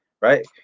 Right